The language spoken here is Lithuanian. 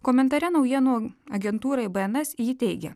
komentare naujienų agentūrai bns ji teigia